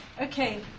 Okay